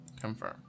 Confirm